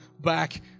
back